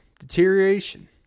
deterioration